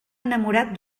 enamorat